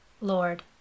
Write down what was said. Lord